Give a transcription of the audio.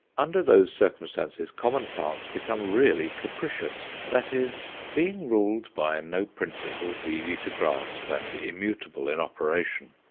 under those circumstances common plants become really capricious that is, being ruled by no principles easy to grasp and immutable in operation,